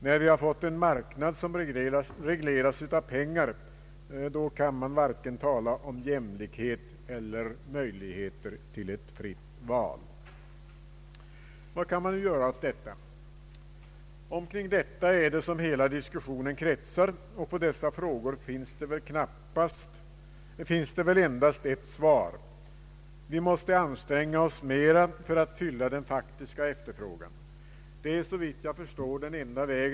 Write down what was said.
När vi har fått en marknad som regleras av pengar kan man varken tala om jämlikhet eller ett fritt val. Vad kan man göra åt detta? Omkring detta är det som hela diskussionen kretsar, och på dessa frågor finns det väl endast ett svar: Vi måste anstränga oss mer för att fylla den faktiska efterfrågan. Det är såvitt jag förstår den enda Ang.